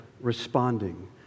responding